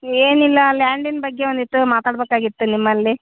ಏನಿಲ್ಲ ಲ್ಯಾಂಡಿನ ಬಗ್ಗೆ ಒಂದಿತ್ತು ಮಾತಾಡಬೇಕಾಗಿತ್ತು ನಿಮ್ಮಲ್ಲಿ